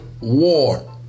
war